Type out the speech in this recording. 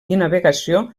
navegació